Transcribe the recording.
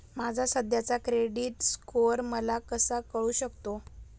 माझा सध्याचा credit score मला कसा कळू शकतो?